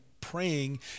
praying